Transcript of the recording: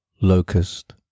locust